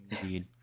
Indeed